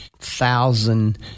Thousand